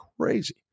Crazy